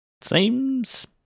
seems